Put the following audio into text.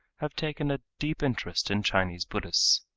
have taken a deep interest in chinese buddhists.